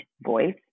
voice